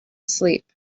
asleep